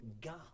God